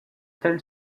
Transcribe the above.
tels